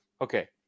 okay